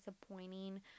disappointing